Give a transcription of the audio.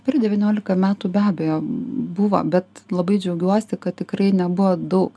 per devyniolika metų be abejo buvo bet labai džiaugiuosi kad tikrai nebuvo daug